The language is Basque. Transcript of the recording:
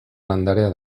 landarea